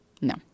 No